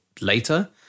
later